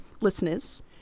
listeners